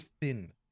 thin